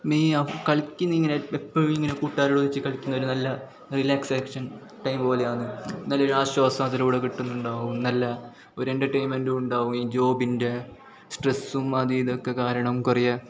മെയ്യാ കളിക്കുന്നെങ്കിൽ എപ്പോഴും ഇങ്ങനെ കൂട്ടാരോട് ഒന്നിച്ച് കളിക്കുന്നവർ നല്ല റീലാക്സേക്ഷൻ ടൈമ് പോലെയാണ് എന്നാലും ഒരു ആശ്വാസം അതിലൂടെ കിട്ടുന്നുണ്ടാവും നല്ല ഒരു എൻ്റർടെയ്ൻമെൻടു ഉണ്ടാവും ഈ ജോബിൻ്റെ സ്ട്രെസ്സും അതും ഇതൊക്കെ കാരണം കുറെ